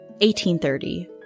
1830